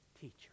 teacher